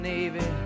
Navy